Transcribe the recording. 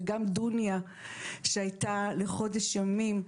וגם דוניא שהייתה לחודש ימים.